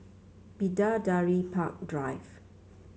Bidadari Park Drive